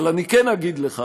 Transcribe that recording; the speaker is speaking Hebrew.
אבל אני כן אגיד לך